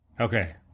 Okay